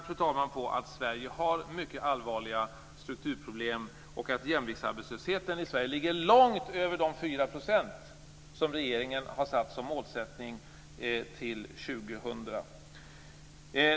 Detta pekar på att Sverige har mycket allvarliga strukturproblem, och att jämviktsarbetslösheten i Sverige ligger långt över de 4 % som regeringen har som målsättning till år 2000.